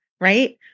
right